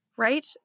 right